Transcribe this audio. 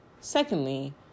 secondly